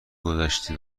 گدشته